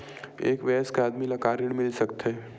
एक वयस्क आदमी ला का ऋण मिल सकथे?